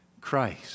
Christ